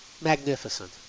Magnificent